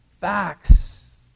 facts